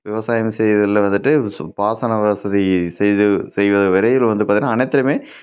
விவசாயம் செய்கிறதுல வந்துட்டு சு பாசன வசதி செய்வது செய்வது வரையில் வந்து பார்த்தீங்கனா அனைத்துலேயுமே